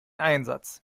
einsatz